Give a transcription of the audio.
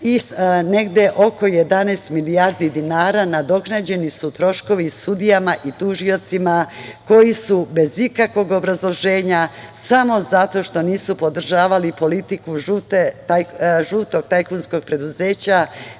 negde oko 11 milijardi dinara nadoknađeni su troškovi sudijama i tužiocima koji su bez ikakvog obrazloženja, samo zato što nisu podržavali politiku žutog tajkunskog preduzeća,